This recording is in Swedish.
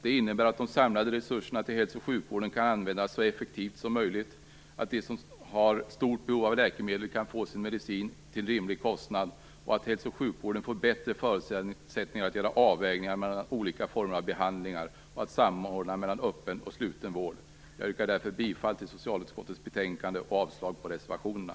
De innebär att de samlade resurserna till hälso och sjukvården kan användas så effektivt som möjligt, att de som har stort behov av läkemedel kan få sin medicin till rimlig kostnad och att hälso och sjukvården får bättre förutsättningar att göra avvägningar mellan olika former av behandlingar och att samordna mellan öppen och sluten vård. Jag yrkar därför bifall till socialutskottets hemställan och avslag på reservationerna.